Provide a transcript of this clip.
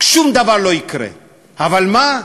שום דבר לא יקרה, אבל מה?